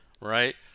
right